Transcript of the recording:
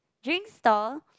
drink store